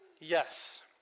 Yes